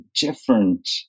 different